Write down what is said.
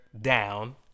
down